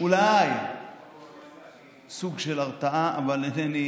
אולי סוג של הרתעה אבל אינני